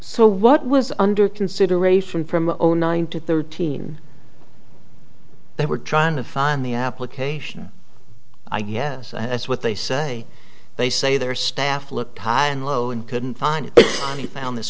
so what was under consideration from zero nine to thirteen they were trying to find the application i guess that's what they say they say their staff looked high and low and couldn't find